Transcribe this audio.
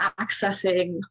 accessing